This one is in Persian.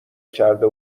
کرده